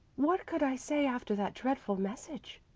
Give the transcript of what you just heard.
what could i say after that dreadful message?